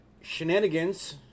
shenanigans